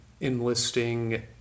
enlisting